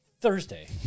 Thursday